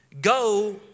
go